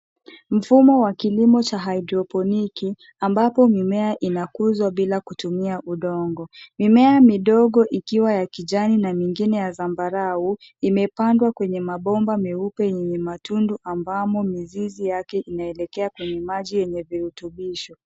Mfumo wa kilimo cha[cs ] hydroponic [cs ] ambapo mimea inakuzwa bila kutumia udongo. Mimea midogo ya kijani na mingine ya zambarau imepandwa kwenye mabomba meupe yenye matundu ambao mizizi yake inaelekea kwenye maji yenye virutubisho.